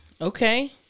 Okay